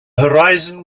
horizon